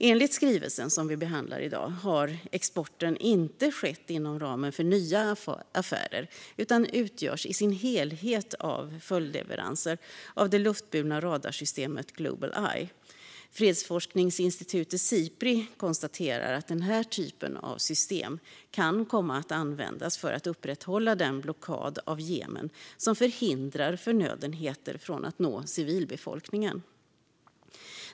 Enligt skrivelsen som vi behandlar i dag har exporten inte skett inom ramen för nya affärer utan utgörs i sin helhet av följdleveranser av det luftburna radarsystemet Global Eye. Fredsforskningsinstitutet Sipri konstaterar att den här typen av system kan komma att användas för att upprätthålla den blockad av Jemen som hindrar förnödenheter från att nå civilbefolkningen.